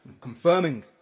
confirming